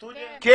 כן.